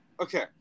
Okay